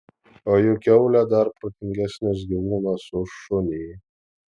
o juk kiaulė dar protingesnis gyvūnas už šunį